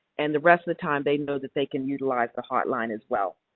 and the rest of the time they know that they can utilize the hotline as well.